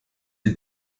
die